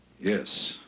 Yes